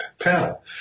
Panel